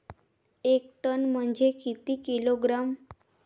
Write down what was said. एक टन म्हनजे किती किलोग्रॅम?